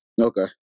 Okay